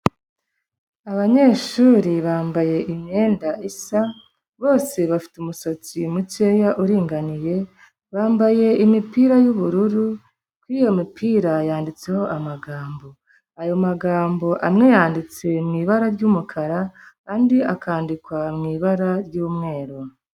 Abanyeshuri bambaye imyenda isa bose bafite umusatsi mukeya uringaniye bambaye imipira yubururu kuri iyo mipira yanditseho amagambo ayo magambo amwe yanditse mu ibara ry'umukara andi akandikwa mu ibara ryyumweru